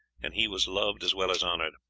and he was loved as well as honoured.